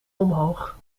omhoog